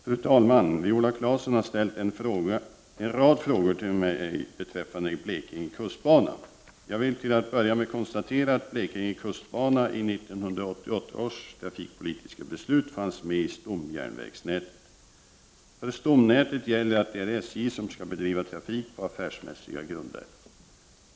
Fru talman! Viola Claesson har ställt en rad frågor till mig beträffande Blekinge kustbana. Jag vill till att börja med konstatera att Blekinge kustbana i 1988 års trafikpolitiska beslut fanns med i stomjärnvägsnätet. För stomnätet gäller att det är SJ som skall bedriva trafik på affärsmässiga grunder.